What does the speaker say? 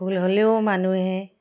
ভুল হ'লেও মানুহে